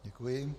Děkuji.